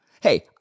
hey